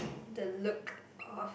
the look of